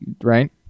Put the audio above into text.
right